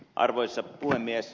arvoisa puhemies